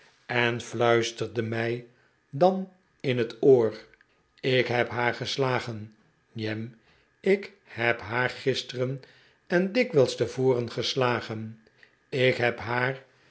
en fluisterde mij dan in het oor ik heb haar geslagen jem ik heb haar gisteren en dikwijls tevoren geslagen ik heb haar